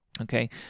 Okay